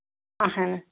اَہنہٕ